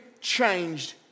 changed